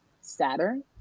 Saturn